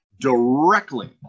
directly